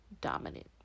dominant